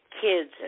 kids